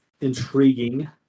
intriguing